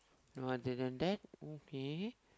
oh other than that okay